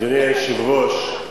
אדוני היושב-ראש,